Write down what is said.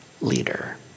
leader